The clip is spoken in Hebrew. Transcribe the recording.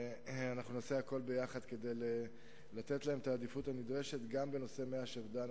נעשה הכול יחד כדי לתת להם את העדיפות הנדרשת גם בנושא מי השפד"ן.